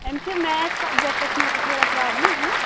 أمِس چھِ میتھ سَبجَکٹَس منٛز چھِ تھوڑا پرٛابلِم أمِس